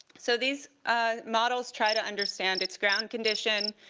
so these ah models try to understand its ground condition,